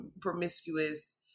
promiscuous